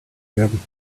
werden